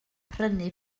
prynu